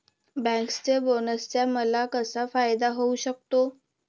Bankers बोनसचा मला कसा फायदा होऊ शकतो?